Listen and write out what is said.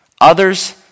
Others